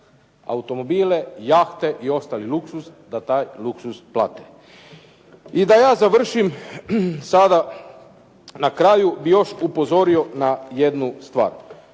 automobile, jahte i ostali luksuz da taj luksuz plate. I da ja završim sada na kraju bih još upozorio na još jednu stvar.